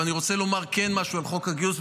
אבל אני כן רוצה לומר משהו על חוק הגיוס,